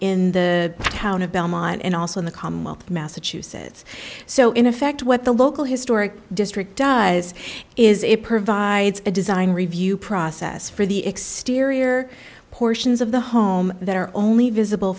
in the town of belmont and also in the commonwealth of massachusetts so in effect what the local historic district does is it provides a design review process for the exterior portions of the home that are only visible